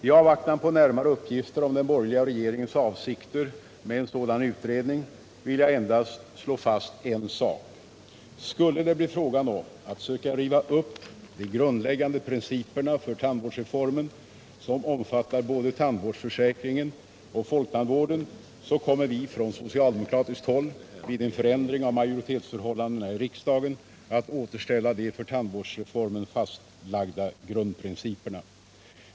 I avvaktan på närmare uppgifter om den borgerliga regeringens avsikter med en sådan utredning vill jag endast slå fast en sak: Skulle det bli fråga om att söka riva upp de grundläggande principerna för tandvårdsreformen, som omfattar både tandvårdsförsäkringen och folktandvården, kommer vi från socialdemokratiskt håll vid en förändring av majoritetsförhållandena i riksdagen att återställa de för tandvårdsreformen fastlagda grundprinciperna.